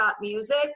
music